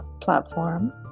platform